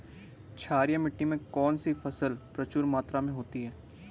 क्षारीय मिट्टी में कौन सी फसल प्रचुर मात्रा में होती है?